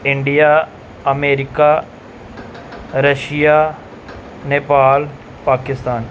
India America Russia Nepal Pakistan